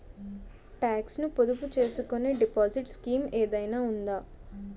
Talks ను పొదుపు చేసుకునే డిపాజిట్ స్కీం ఏదైనా ఉందా?